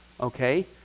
okay